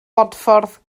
bodffordd